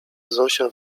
zosia